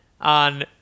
on